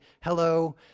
hello